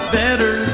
better